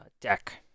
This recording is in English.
deck